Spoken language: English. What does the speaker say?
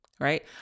Right